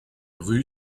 rue